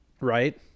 Right